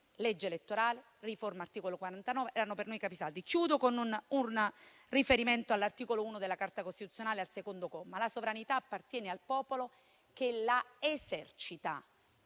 legge elettorale e la riforma dell'articolo 49 erano per noi dei capisaldi. Concludo con un riferimento all'articolo 1 della Carta costituzionale, al secondo comma: «La sovranità appartiene al popolo che la esercita».